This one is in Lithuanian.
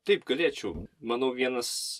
taip galėčiau manau vienas